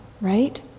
right